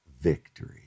victory